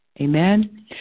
Amen